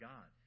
God